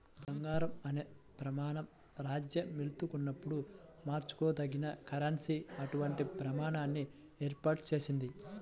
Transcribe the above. బంగారం అనే ప్రమాణం రాజ్యమేలుతున్నప్పుడు మార్చుకోదగిన కరెన్సీ అటువంటి ప్రమాణాన్ని ఏర్పాటు చేసింది